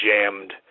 jammed